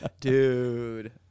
dude